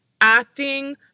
Acting